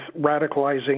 radicalizing